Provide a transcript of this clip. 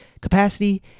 capacity